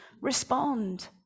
respond